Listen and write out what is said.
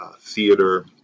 theater